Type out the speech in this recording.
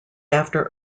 after